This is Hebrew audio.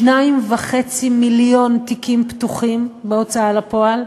2.5 מיליון תיקים פתוחים בהוצאה לפועל,